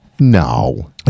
No